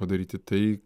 padaryti tai